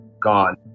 Gone